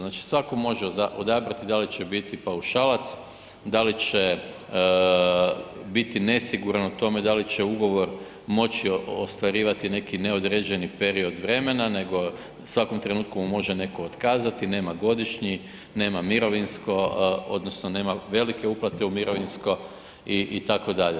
Znači, svatko može odabrati da li će biti paušalac, da li će biti nesiguran u tome da li će ugovor moći ostvarivati neki neodređeni period vremena, nego u svakom trenutku može netko otkazati, nema godišnji, nema mirovinsko odnosno nema velike uplate u mirovinsko itd.